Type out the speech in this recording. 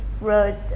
road